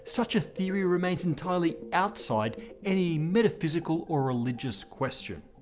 such a theory remains entirely outside any metaphysical or religious question.